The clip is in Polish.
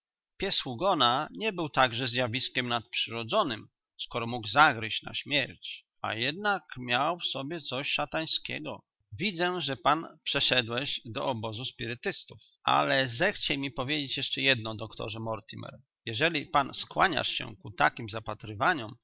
pies hugona nie był także zjawiskiem nadprzyrodzonem skoro mógł zagryźć na śmierć a jednak miał w sobie coś szatańskiego widzę że pan przeszedłeś do obozu spirytystów ale zechciej mi powiedzieć jeszcze jedno doktorze mortimer jeżeli pan skłaniasz się ku takim zapatrywaniom